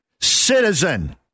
citizen